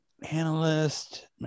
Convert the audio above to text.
Analyst